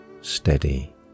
steady